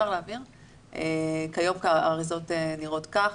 כיום האריזות נראות כך.